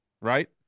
right